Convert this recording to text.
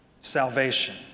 salvation